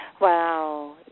Wow